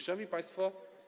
Szanowni Państwo!